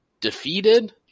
defeated